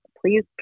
please